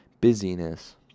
Busyness